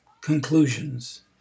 conclusions